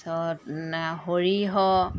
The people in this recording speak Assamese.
তাৰপিছত সৰিয়হ